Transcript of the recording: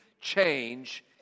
Change